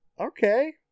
okay